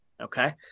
Okay